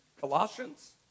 Colossians